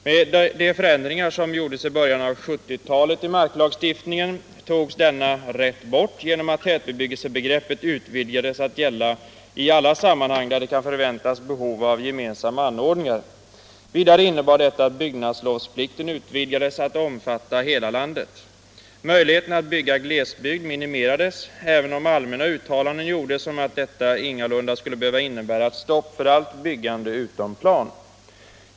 Med de förändringar som gjordes i början av 1970-talet i marklagstiftningen togs denna rätt bort genom att tätbebyggelsebegreppet utvidgades till att gälla i alla sammanhang där det kan förväntas behov av gemensamma anordningar. Vidare innebar detta att byggnadslovsplikten utvidgades till att omfatta hela landet. Möjligheterna att bygga i glesbygd minimerades, även om allmänna uttalanden gjordes om att detta ingalunda skulle behöva innebära ett stopp för allt byggande utom plan.